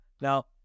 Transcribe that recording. Now